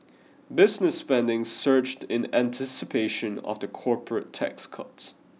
business spending surged in anticipation of the corporate tax cuts